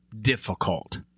difficult